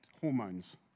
hormones